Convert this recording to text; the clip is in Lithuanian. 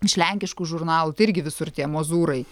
iš lenkiškų žurnalų tai irgi visur tie mozūrai